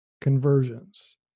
conversions